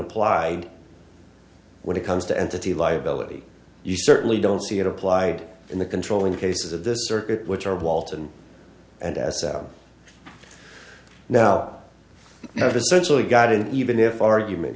applied when it comes to entity liability you certainly don't see it applied in the controlling cases of the circuit which are walton and s out now have essentially gotten even if argument